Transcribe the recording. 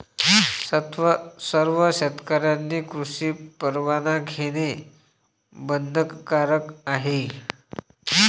सर्व शेतकऱ्यांनी कृषी परवाना घेणे बंधनकारक आहे